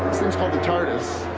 thing's called the tardis.